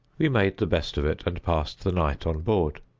we made the best of it, and passed the night on board.